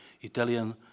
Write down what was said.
Italian